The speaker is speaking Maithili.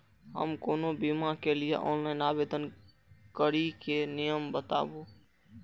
हम कोनो बीमा के लिए ऑनलाइन आवेदन करीके नियम बाताबू?